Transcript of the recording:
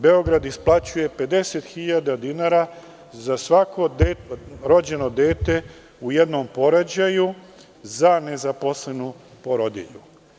Beograd isplaćuje 50.000 za svako rođeno dete u jednom porođaju za nezaposlenu porodilju.